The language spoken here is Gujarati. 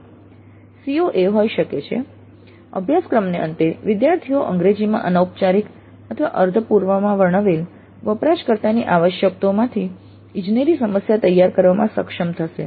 CO એ હોઈ શકે છે અભ્યાસક્રમના અંતે વિદ્યાર્થીઓ અંગ્રેજીમાં અનૌપચારિક અથવા અર્ધ પૂર્વમાં વર્ણવેલ વપરાશકર્તાની આવશ્યકતાઓમાંથી ઇજનેરી સમસ્યા તૈયાર કરવામાં સક્ષમ થશે